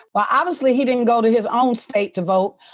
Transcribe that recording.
well, obviously he didn't go to his own state to vote.